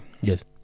Yes